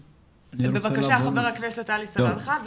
בבקשה חבר הכנסת עלי סלאלחה.